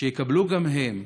שיקבלו גם הם,